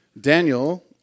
Daniel